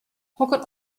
hokker